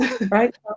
Right